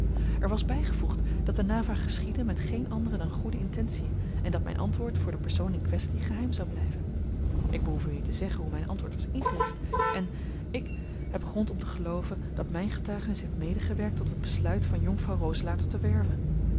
er was bijgevoegd dat de navraag geschiedde met geene andere dan goede intentiën en dat mijn antwoord voor den persoon in kwestie geheim zou blijven ik behoef u niet te zeggen hoe mijn antwoord was ingericht en ik heb grond om te gelooven dat mijne getuigenis heeft medegewerkt tot het besluit van jonkvrouwe roselaer tot de werve